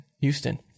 Houston